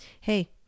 hey